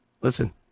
Listen